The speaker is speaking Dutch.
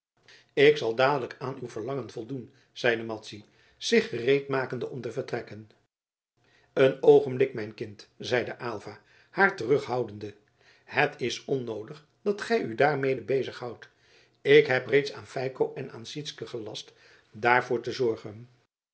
ik zal dadelijk aan uw verlangen voldoen zeide madzy zich gereedmakende om te vertrekken een oogenblik mijn kind zeide aylva haar terughoudende het is onnoodig dat gij u daarmede bezighoudt ik heb reeds aan feiko en aan sytsken gelast daarvoor te zorgen